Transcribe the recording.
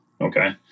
Okay